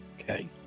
Okay